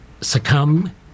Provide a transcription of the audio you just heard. succumb